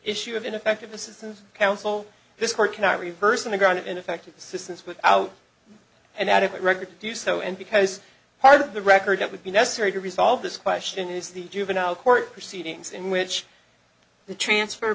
issue of ineffective assistance of counsel this court cannot reverse on the ground of ineffective assistance without an adequate record to do so and because part of the record that would be necessary to resolve this question is the juvenile court proceedings in which the transfer